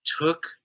took